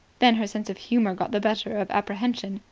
then her sense of humour got the better of apprehension.